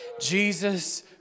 Jesus